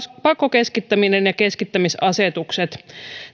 pakkokeskittäminen ja keskittämisasetukset